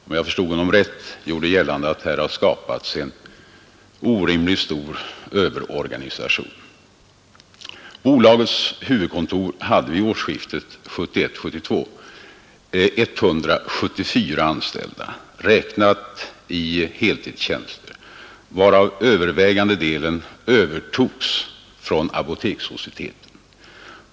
Om jag förstod honom rätt ville han göra gällande att det här har skapats en orimligt stor överorganisation. Bolagets huvudkontor hade 174 anställda vid årsskiftet 1972/72, räknat i heltidstjänster, varav övervägande delen övertogs från Apotekarssocieteten.